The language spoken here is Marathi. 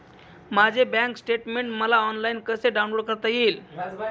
माझे बँक स्टेटमेन्ट मला ऑनलाईन कसे डाउनलोड करता येईल?